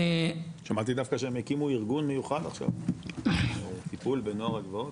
שמעתי דווקא שהם הקימו ארגון מיוחד עכשיו לטיפול בנוער הגבעות